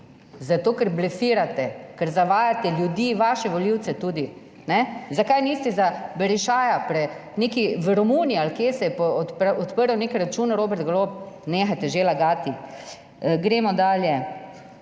Zato, ker blefirate, ker zavajate ljudi, vaše volivce tudi. Zakaj niste za Berišaja, v Romuniji ali kje se je odprl nek račun Robert Golob? Nehajte že lagati. Gremo dalje.